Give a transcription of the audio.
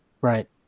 right